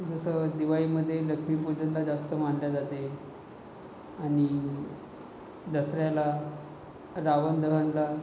जसं दिवाळीमध्ये लक्ष्मी पूजनाला जास्त मानल्या जाते आणि दसऱ्याला रावण दहनाला